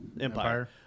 Empire